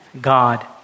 God